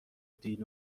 دین